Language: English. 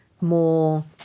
more